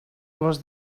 was